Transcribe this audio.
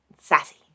sassy